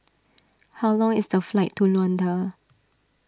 how long is the flight to Luanda